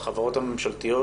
על החברות הממשלתיות